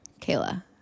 Kayla